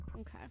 Okay